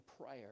prayer